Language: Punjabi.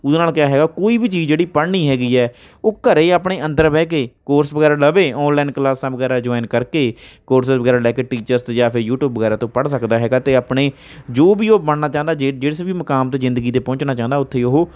ਉਹਦੇ ਨਾਲ ਕਿਆ ਹੈਗਾ ਕੋਈ ਵੀ ਚੀਜ਼ ਜਿਹੜੀ ਪੜ੍ਹਨੀ ਹੈਗੀ ਹੈ ਉਹ ਘਰ ਆਪਣੇ ਅੰਦਰ ਬਹਿ ਕੇ ਕੋਰਸ ਵਗੈਰਾ ਲਵੇ ਔਨਲਾਈਨ ਕਲਾਸਾਂ ਵਗੈਰਾ ਜੁਆਇਨ ਕਰਕੇ ਕੋਰਸਿਸ ਵਗੈਰਾ ਲੈ ਕੇ ਟੀਚਰਸ ਜਾਂ ਫਿਰ ਯੂਟੀਊਬ ਵਗੈਰਾ ਤੋਂ ਪੜ੍ਹ ਸਕਦਾ ਹੈਗਾ ਅਤੇ ਆਪਣੇ ਜੋ ਵੀ ਉਹ ਬਣਨਾ ਚਾਹੁੰਦਾ ਜਿ ਜਿਸ ਵੀ ਮੁਕਾਮ 'ਤੇ ਜ਼ਿੰਦਗੀ ਦੇ ਪਹੁੰਚਣਾ ਚਾਹੁੰਦਾ ਉੱਥੇ ਉਹ